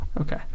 Okay